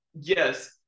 yes